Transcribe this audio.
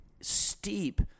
steep